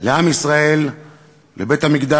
לעם ישראל ולבית-המקדש,